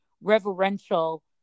reverential